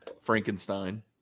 Frankenstein